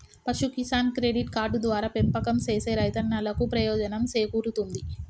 పశు Kisan credit card ద్వారా పెంపకం సేసే రైతన్నలకు ప్రయోజనం సేకూరుతుంది